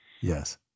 Yes